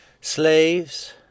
Slaves